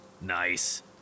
Nice